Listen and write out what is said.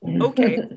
okay